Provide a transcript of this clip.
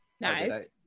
Nice